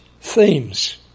themes